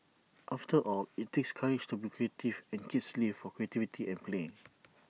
after all IT takes courage to be creative and kids live for creativity and play